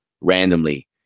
randomly